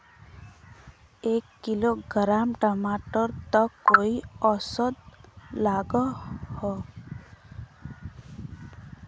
एक किलोग्राम टमाटर त कई औसत लागोहो?